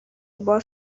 باز